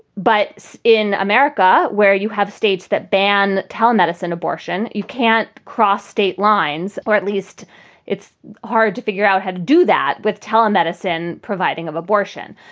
but so in america, where you have states that ban telemedicine, abortion, you can't cross state lines, or at least it's hard to figure out how to do that with telemedicine providing of abortion.